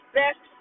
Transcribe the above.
best